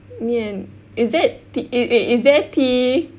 me and is that tea eh eh is there tea